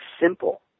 simple